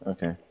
Okay